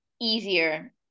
easier